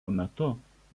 metu